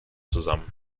zusammen